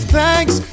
thanks